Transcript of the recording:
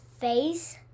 face